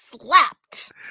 slapped